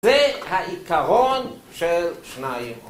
זה העיקרון של שניים.